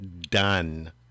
done